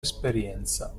esperienza